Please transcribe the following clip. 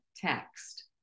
text